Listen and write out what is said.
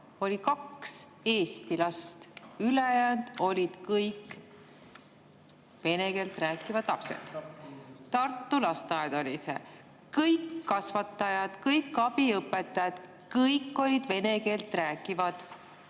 kaks eesti last, ülejäänud olid kõik vene keelt rääkivad lapsed. Tartu lasteaed oli see. Kõik kasvatajad, kõik abiõpetajad, kõik olid vene keelt rääkivad